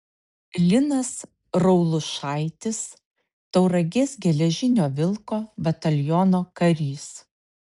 linas raulušaitis tauragės geležinio vilko bataliono karys